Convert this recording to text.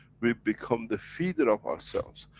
we become the feeder of ourselves.